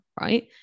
right